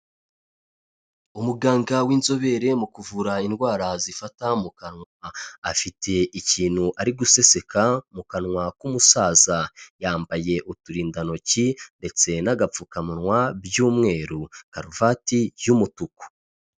Umuganga w'inzobere mu kuvura indwara zifata mu kanwa, afiti ikintu ari guseseka mu kanwa k'umusaza, yambaye uturindantoki ndetse n'agapfukamunwa by'umweru, karuvati y'umutuku.